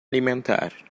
alimentar